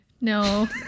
No